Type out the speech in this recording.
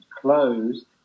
closed